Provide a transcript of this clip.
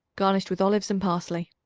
garnished with olives and parsley.